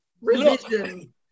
religion